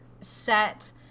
set